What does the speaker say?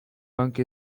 banka